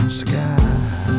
sky